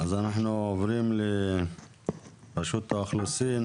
אז אנחנו עוברים לרשות האוכלוסין,